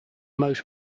most